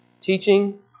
teaching